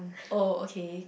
oh okay